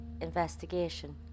investigation